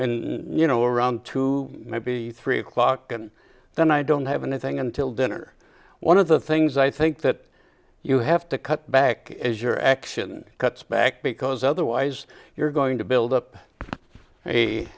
in you know around two maybe three o'clock and then i don't have anything until dinner one of the things i think that you have to cut back is your action cuts back because otherwise you're going to build up